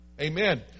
Amen